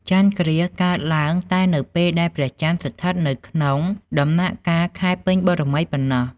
ចន្ទគ្រាសកើតឡើងតែនៅពេលដែលព្រះចន្ទស្ថិតនៅក្នុង ដំណាក់កាលខែពេញបូរមីប៉ុណ្ណោះ ។